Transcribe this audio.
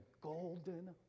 golden